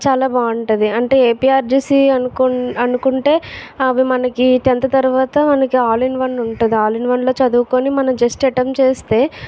చాలా బాగుంటుంది అంటే ఏపీఆర్జేసీ అనుకు అనుకుంటే అవి మనకి టెన్త్ తర్వాత మనకి ఆల్ ఇన్ వన్ ఉంటుంది ఆల్ ఇన్ వన్ లో చదువుకొని మనం జస్ట్ అటెమ్ట్ చేస్తే